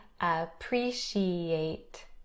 appreciate